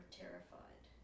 terrified